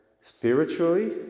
spiritually